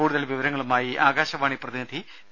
കൂടുതൽ വിവരങ്ങളുമായി ആകാശവാണി പ്രതിനിധി പി